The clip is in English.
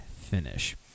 finish